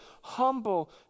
humble